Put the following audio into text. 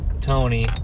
Tony